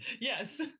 Yes